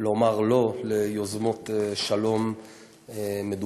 לומר "לא" ליוזמות שלום מדומות.